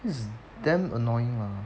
it's damn annoying lah